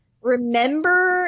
remember